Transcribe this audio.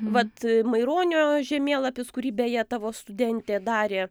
vat maironio žemėlapis kurį beje tavo studentė darė